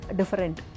different